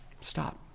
Stop